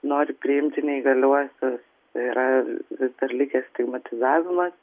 nori priimti neįgaliuosius yra vis dar likęs stigmatizavimas